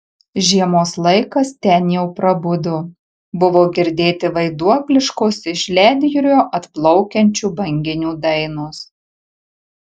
žiemos laikas ten jau prabudo buvo girdėti vaiduokliškos iš ledjūrio atplaukiančių banginių dainos